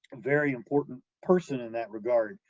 very important person in that regard,